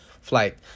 flight